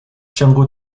ciągu